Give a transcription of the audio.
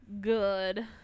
Good